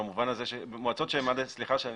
סליחה.